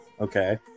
okay